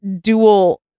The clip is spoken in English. dual